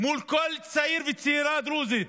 מול כל צעיר וצעירה דרוזים